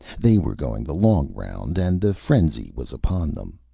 they were going the long round, and the frenzy was upon them.